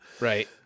Right